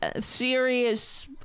serious